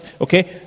okay